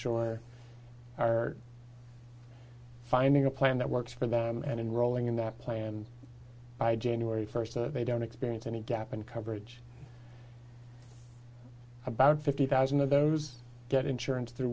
sure are finding a plan that works for them and enrolling in that plan by january first that they don't experience any gap in coverage about fifty thousand of those get insurance through